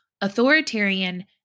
authoritarian